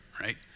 right